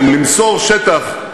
יש לכם נוסחה פשוטה: